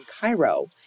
Cairo